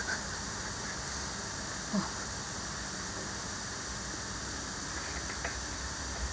oh